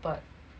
but